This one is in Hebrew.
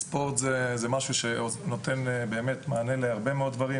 ספורט הוא דבר שנותן מענה להרבה מאוד דברים,